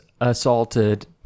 assaulted